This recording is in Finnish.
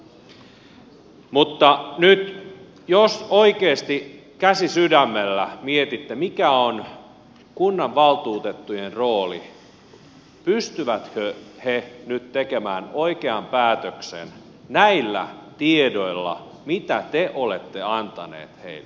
mutta nyt jos oikeasti käsi sydämellä mietitte mikä on kunnanvaltuutettujen rooli pystyvätkö he nyt tekemään oikean päätöksen näillä tiedoilla mitä te olette antaneet heille